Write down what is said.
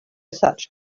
such